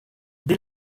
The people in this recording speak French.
dès